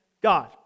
God